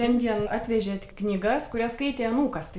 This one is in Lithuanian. šiandien atvežėt knygas kurias skaitė anūkas